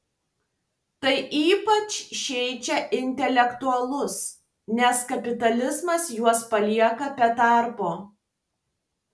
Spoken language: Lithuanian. tai ypač žeidžia intelektualus nes kapitalizmas juos palieka be darbo